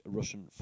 Russian